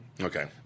Okay